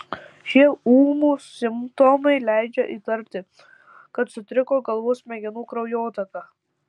šie ūmūs simptomai leidžia įtarti kad sutriko galvos smegenų kraujotaka